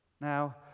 now